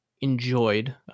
enjoyed